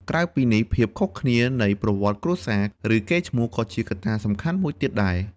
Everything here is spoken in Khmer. ក្រៅពីនេះ ភាពខុសគ្នានៃប្រវត្តិគ្រួសារ ឬកេរ្តិ៍ឈ្មោះ ក៏ជាកត្តាសំខាន់មួយទៀតដែរ។